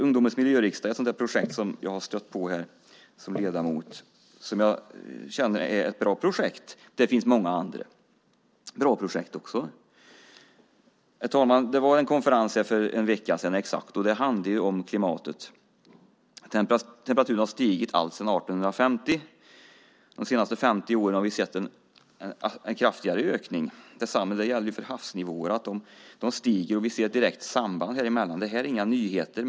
Ungdomens miljöriksdag är ett projekt som jag som ledamot har stött på här och som jag känner är ett bra projekt. Det finns många andra bra projekt också. Herr talman! Det var en konferens för en vecka sedan exakt. Den handlade om klimatet. Temperaturen har stigit alltsedan 1850. De senaste 50 åren har vi sett en kraftigare ökning. Detsamma gäller för havsnivåerna. De stiger, och vi ser ett direkt samband häremellan. Det är inga nyheter.